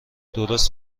درست